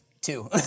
two